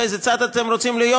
באיזה צד אתם רוצים להיות?